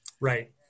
right